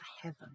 heaven